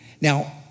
Now